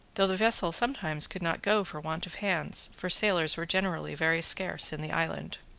though the vessel sometimes could not go for want of hands, for sailors were generally very scarce in the island.